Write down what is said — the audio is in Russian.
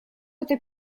это